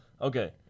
Okay